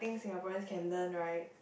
Singaporeans can learn right